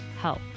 help